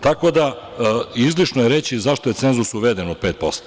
Tako da, izlišno je reći zašto je cenzus uveden od 5%